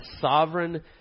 sovereign